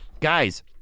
Guys